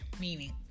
Meaning